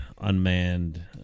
unmanned